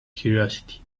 curiosity